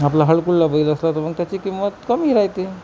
आपला हाडकुळा बैल असला तर मग त्याची किंमत कमी राहते